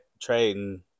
trading